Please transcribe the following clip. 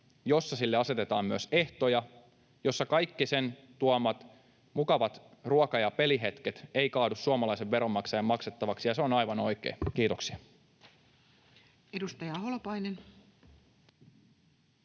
jossa sille asetetaan myös ehtoja ja jossa kaikki sen tuomat mukavat ruoka- ja pelihetket eivät kaadu suomalaisen veronmaksajan maksettavaksi, ja se on aivan oikein. — Kiitoksia. [Speech